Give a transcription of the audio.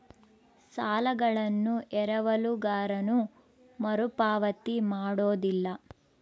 ಸಾಲಗಳನ್ನು ಎರವಲುಗಾರನು ಮರುಪಾವತಿ ಮಾಡೋದಿಲ್ಲ